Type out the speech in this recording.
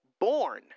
born